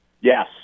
Yes